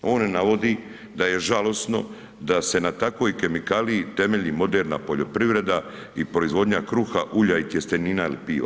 On navodi da je žalosno da se na takoj kemikaliji temelji moderna poljoprivreda i proizvodnja kruha, ulja i tjestenina ili piva.